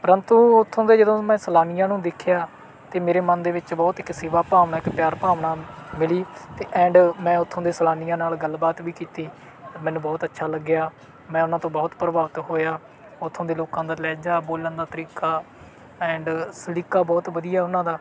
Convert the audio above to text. ਪਰੰਤੂ ਉੱਥੋਂ ਦੇ ਜਦੋਂ ਮੈਂ ਸੈਲਾਨੀਆਂ ਨੂੰ ਦੇਖਿਆ ਅਤੇ ਮੇਰੇ ਮਨ ਦੇ ਵਿੱਚ ਬਹੁਤ ਇੱਕ ਸੇਵਾ ਭਾਵਨਾ ਇੱਕ ਪਿਆਰ ਭਾਵਨਾ ਮਿਲੀ ਅਤੇ ਐਂਡ ਮੈਂ ਉੱਥੋਂ ਦੇ ਸੈਲਾਨੀਆਂ ਨਾਲ ਗੱਲ ਬਾਤ ਵੀ ਕੀਤੀ ਮੈਨੂੰ ਬਹੁਤ ਅੱਛਾ ਲੱਗਿਆ ਮੈਂ ਉਹਨਾਂ ਤੋਂ ਬਹੁਤ ਪ੍ਰਭਾਵਿਤ ਹੋਇਆ ਉੱਥੋਂ ਦੇ ਲੋਕਾਂ ਦਾ ਲਹਿਜ਼ਾ ਬੋਲਣ ਦਾ ਤਰੀਕਾ ਐਂਡ ਸਲੀਕਾ ਬਹੁਤ ਵਧੀਆ ਉਹਨਾਂ ਦਾ